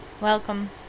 welcome